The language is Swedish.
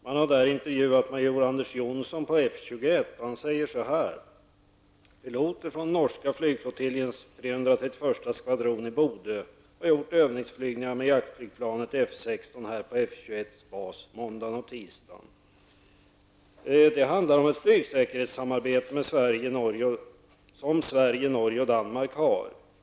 Man har där intervjuat major Anders Jonsson på F 21. Han säger: ''--Piloter från norska flygflottiljens 331:a skvadron i Bodö har gjort övningsflygningar med jaktflygplanet F 16 här på F 21:s bas på måndagen och tisdagen. -- Det handlar om ett flygsäkerhetssamarbete som Sverige, Norge och Danmark har.